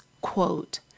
quote